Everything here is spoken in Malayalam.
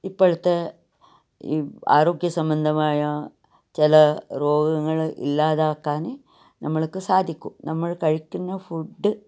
ഇപ്പോഴത്തെ ഈ ആരോഗ്യ സംബന്ധമായ ചില രോഗങ്ങൾ ഇല്ലാതാക്കാൻ നമ്മൾക്ക് സാധിക്കും നമ്മൾ കഴിക്കുന്ന ഫുഡ്